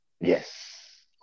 Yes